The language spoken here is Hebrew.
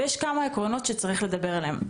יש כמה עקרונות שצריך לדבר עליהם.